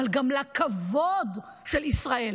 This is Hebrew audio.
אבל גם לכבוד של ישראל.